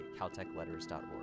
caltechletters.org